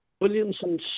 Williamson